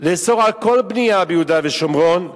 לאסור כל בנייה ביהודה ושומרון ומזרח-ירושלים,